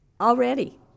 already